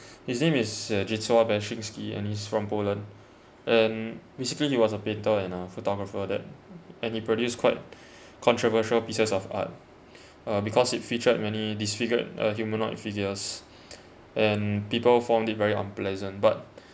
his name is zdzisław beksiński and he's from poland and basically he was a painter and a photographer that and he produced quite controversial pieces of art uh because it featured many disfigured uh humanoid physiques and people found it very unpleasant but